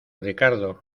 ricardo